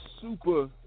super